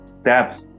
steps